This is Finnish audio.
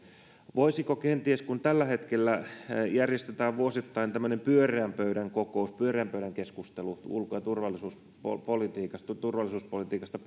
kun tällä hetkellä pohjoismaiden neuvostossa järjestetään vuosittain tämmöinen pyöreän pöydän kokous pyöreän pöydän keskustelu ulko ja turvallisuuspolitiikasta turvallisuuspolitiikasta